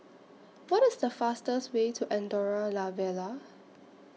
What IS The fastest Way to Andorra La Vella